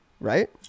right